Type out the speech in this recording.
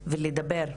להגיע ולדבר,